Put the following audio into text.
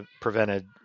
prevented